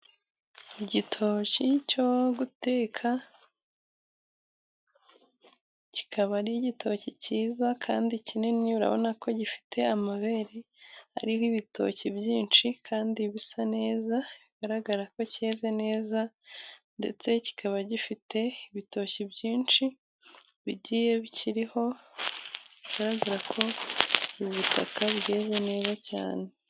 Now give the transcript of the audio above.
Igitoki cyo guteka kikaba ari igitoki cyiza kandi kinini, urabona ko gifite amabere ariho ibitoki byinshi, kandi bisa neza bigaragara ko cyeze neza, ndetse kikaba gifite ibitoki byinshi bigiye bikiriho, ndahamya co ubu butaka bweze neza cyane.